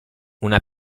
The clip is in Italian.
una